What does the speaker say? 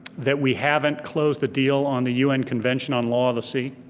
that we haven't closed the deal on the un convention on law of the sea.